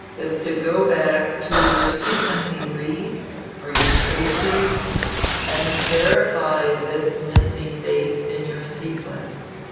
is to go back to your sequencing reads or your traces and verify this missing base in your sequence.